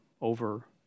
over